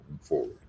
forward